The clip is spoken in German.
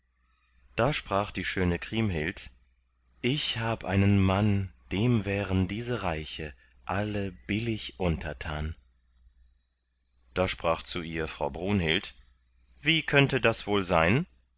da sprach die schöne kriemhild ich hab einen mann dem wären diese reiche alle billig untertan da sprach zu ihr frau brunhild wie könnte das wohl sein